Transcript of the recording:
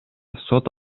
сот